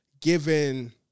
given